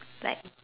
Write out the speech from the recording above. like